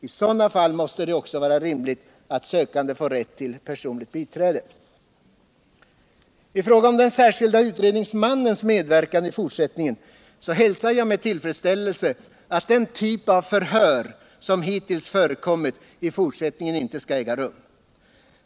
I sådana fall måste det också vara rimligt att den sökande får rätt till personligt biträde. I fråga om den särskilda utredningsmannens medverkan i fortsättningen hälsar jag med tillfredsställelse att den typ av förhör som hittills förekommit i fortsättningen ej skall äga rum.